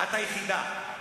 את היחידה.